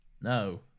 No